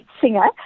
singer